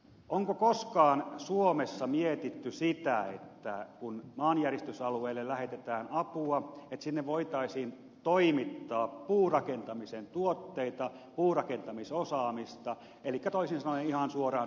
onko koskaan suomessa mietitty sitä että kun maanjäristysalueelle lähetetään apua sinne voitaisiin toimittaa puurakentamisen tuotteita puurakentamisosaamista elikkä toisin sanoen ihan suoraan sanottuna puutaloja